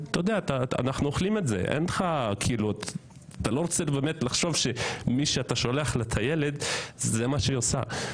אתה לא באמת רוצה לחשוב שמי שאתה שולח לה את הילד זה מה שהיא עושה לו.